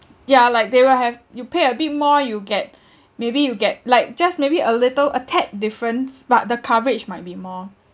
ya like they will have you pay a bit more you get maybe you get like just maybe a little a tad different but the coverage might be more